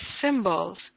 symbols